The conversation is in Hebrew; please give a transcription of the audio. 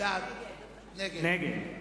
נגד.